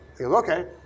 Okay